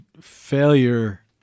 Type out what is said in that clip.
failure